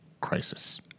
crisis